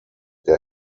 der